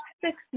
six